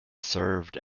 served